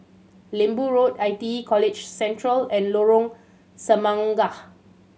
Lembu Road I T E College Central and Lorong Semangka